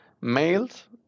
males